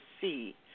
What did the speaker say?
see